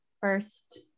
first